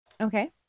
Okay